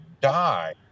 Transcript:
die